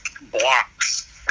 blocks